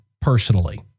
personally